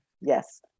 Yes